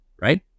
right